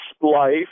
life